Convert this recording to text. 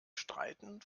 streiten